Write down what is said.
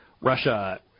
Russia